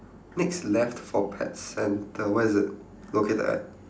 next left for pet centre where is it located at